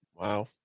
Wow